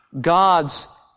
God's